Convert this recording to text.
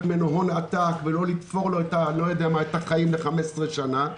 ממנו הון עתק ולא "לתפור" לו את החיים ל-15 שנים.